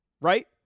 right